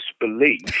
disbelief